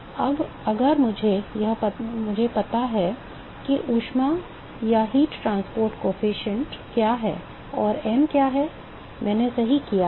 तो अब अगर मुझे पता है कि ऊष्मा परिवहन गुणांक क्या है और m क्या है मैंने सही किया है